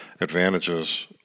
advantages